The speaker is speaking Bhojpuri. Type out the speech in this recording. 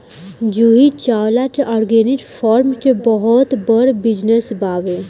जूही चावला के ऑर्गेनिक फार्म के बहुते बड़ बिजनस बावे